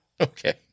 Okay